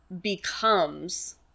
becomes